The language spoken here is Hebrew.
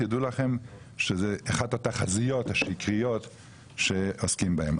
תדעו לכם שזו אחת התחזיות השקריות שעוסקים בהן.